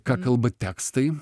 ką kalba tekstai